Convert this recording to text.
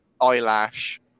Eyelash